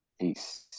Peace